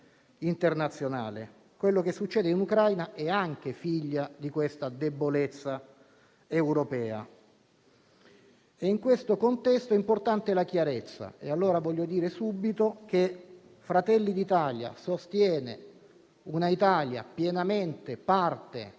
Quello che succede in Ucraina è anche figlio della debolezza europea. In questo contesto è importante la chiarezza e, allora, voglio dire subito che Fratelli d'Italia sostiene un'Italia pienamente parte del